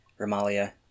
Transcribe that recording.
Romalia